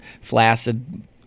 flaccid